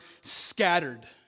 scattered